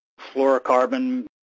fluorocarbon